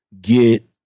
get